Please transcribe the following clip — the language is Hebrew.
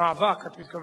וזה ימשיך לעלות כסף,